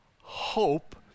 hope